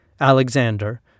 Alexander